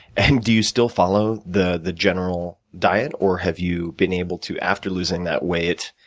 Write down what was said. and, do you still follow the the general diet, or have you been able to, after losing that weight,